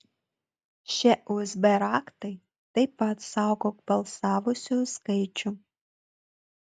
šie usb raktai taip pat saugo balsavusiųjų skaičių